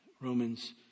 Romans